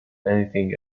anything